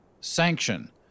sanction